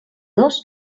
dos